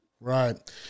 Right